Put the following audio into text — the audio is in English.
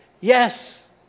yes